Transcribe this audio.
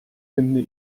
finde